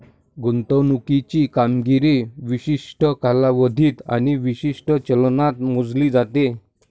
गुंतवणुकीची कामगिरी विशिष्ट कालावधीत आणि विशिष्ट चलनात मोजली जाते